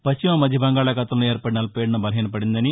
పశ్చిమ మధ్య బంగాళాఖాతంలో ఏర్పడిన అల్పపీడనం బలహీనపడిందని